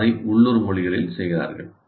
சிலர் அதை உள்ளூர் மொழிகளில் செய்கிறார்கள்